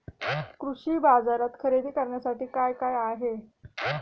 कृषी बाजारात खरेदी करण्यासाठी काय काय आहे?